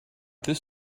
this